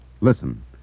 Listen